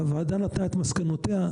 הוועדה נתנה את מסקנותיה.